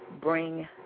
bring